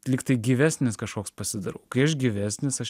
liktai gyvesnis kažkoks pasidarau kai aš gyvesnis aš